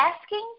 asking